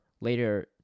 later